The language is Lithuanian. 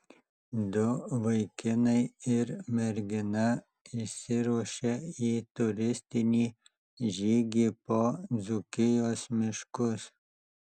du vaikinai ir mergina išsiruošia į turistinį žygį po dzūkijos miškus